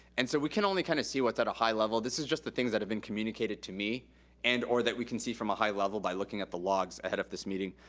and so we can only kind of see what's at a high level. this is just the things that have been communicated to me and or that we can see from a high level by looking at the logs ahead of this meeting.